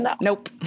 nope